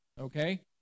Okay